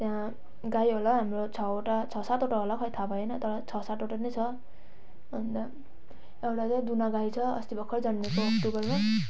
त्यहाँ गाई होला हाम्रो छवटा छ सातवटा होला हो खै थाहा भएन त छ सातवटा नै छ अन्त एउटा चाहिँ दुहुना गाई छ अस्ति भर्खर जन्मेको अक्टोबरमा